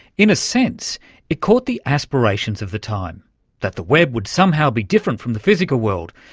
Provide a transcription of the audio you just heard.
in a sense it caught the aspirations of the time that the web would somehow be different from the physical world.